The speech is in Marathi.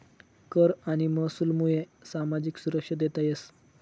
कर आणि महसूलमुये सामाजिक सुरक्षा देता येस